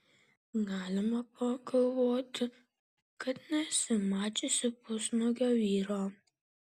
galima pagalvoti kad nesi mačiusi pusnuogio vyro